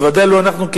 בוודאי לא אנחנו,